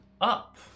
up